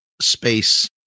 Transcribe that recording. space